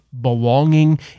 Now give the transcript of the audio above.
belonging